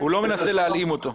לא מנסה להלאים אותו.